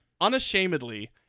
unashamedly